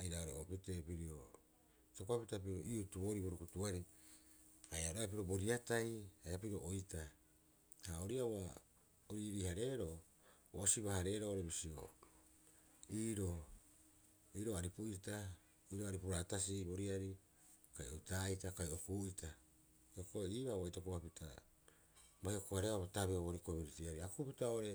a itokopapita pirio iutu boorii bo rukutuarei haia oru aira pirio boriatai haia pirio oitaa. Ha ori ii'aa ua o riirii- hareeroo ua o siba- haareeroo bisio iiroo, iiroo aripupita iiroo aripu raatasii boriari kai oitaa'ita kai o kuu'ita hiokoi iiboo ua itokopapita bai hoko- hareebaa bo tabeo bai komiuritiiarei a kukupita oo'ore.